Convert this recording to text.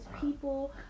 people